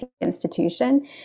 institution